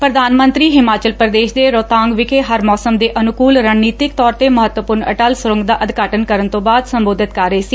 ਪ੍ਰਧਾਨ ਮੰਤਰੀ ਹਿਮਾਚਲ ਪੁਦੇਸ਼ ਦੇ ਰੋਹਤਾਂਗ ਵਿਖੇ ਹਰ ਮੌਸਮ ਦੇ ਅਨੁਕੁਲ ਰਣਨੀਤਕ ਤੌਰ ਤੇ ਮਹੱਤਵਪੁਰਨ ਅਟਲ ਸੁਰੰਗ ਦਾ ਉਦਘਾਟਨ ਕਰਨ ਤੋ ਬਾਅਦ ਸੰਬੋਧਤ ਕਰ ਰਹੇ ਸੀ